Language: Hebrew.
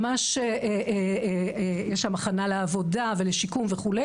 ממש יש שם הכנה לעבודה ולשיקום וכו',